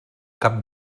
cap